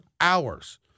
hours